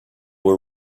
were